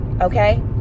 okay